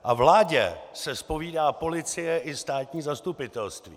A vládě se zpovídá policie i státní zastupitelství.